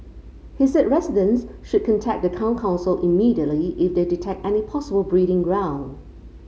he said residents should contact the town council immediately if they detect any possible breeding ground